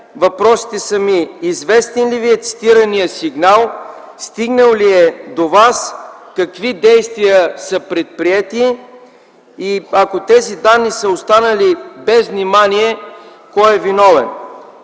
въпросите са ми: Известен ли Ви е цитираният сигнал? Стигнал ли е до Вас? Какви действия са предприети? Ако тези данни са останали без внимание, кой е виновен?